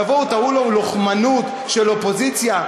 תבואו תראו לו לוחמנות של אופוזיציה.